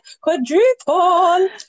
Quadruple